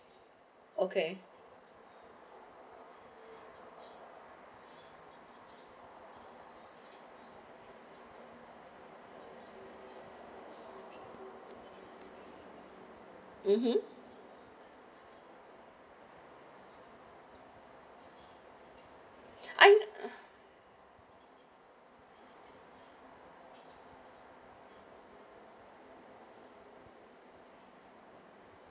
okay mmhmm i'm